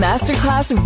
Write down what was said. Masterclass